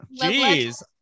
Jeez